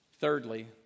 Thirdly